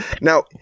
Now